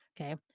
okay